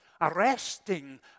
arresting